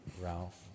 Ralph